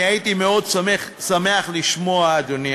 אני הייתי מאוד שמח לשמוע, אדוני.